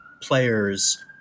players